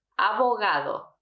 Abogado